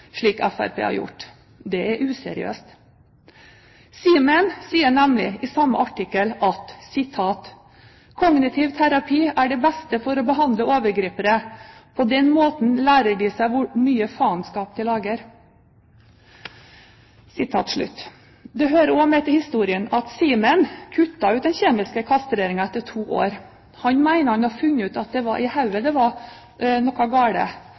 slik Fremskrittspartiet har gjort. Det er useriøst. «Simen» sier nemlig i samme artikkel: «Kognitiv terapi er det beste for å behandle overgripere, på den måten lærer de seg hvor mye faenskap de lager.» Det hører også med til historien at «Simen» kuttet ut den kjemiske kastreringen etter to år. Han mener han har funnet ut at det var i hodet det var noe